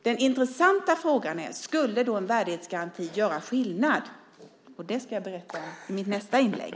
Den intressanta frågan är: Skulle då en värdighetsgaranti göra skillnad? Det ska jag berätta om i mitt nästa inlägg.